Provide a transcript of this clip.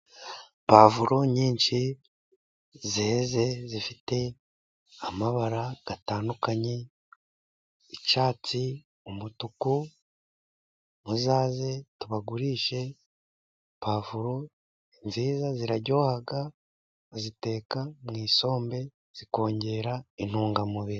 Pavuro nyinshi zeze zifite amabara atandukanye, icyatsi, umutuku, muzaze tubagurishe Pavuro nziza, ziraryoha, baziteka mu isombe, zikongera intungamubiri.